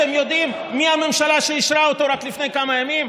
אתם יודעים מי הממשלה שאישרה אותו רק לפני כמה ימים?